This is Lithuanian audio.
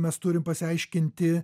mes turim pasiaiškinti